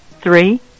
Three